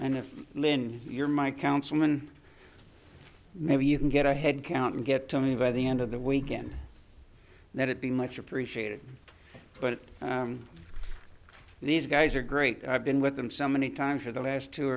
if you're my councilman maybe you can get a head count and get to me by the end of the weekend that it be much appreciated but these guys are great i've been with them so many times for the last two